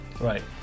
Right